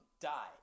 die